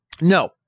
no